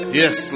yes